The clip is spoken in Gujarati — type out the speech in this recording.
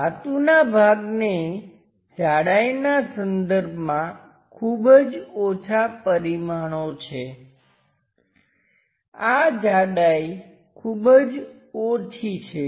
ધાતુનાં ભાગને જાડાઈના સંદર્ભમાં ખૂબ જ ઓછા પરિમાણો છે આ જાડાઈ ખૂબ જ ઓછી છે